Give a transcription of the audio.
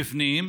בפנים,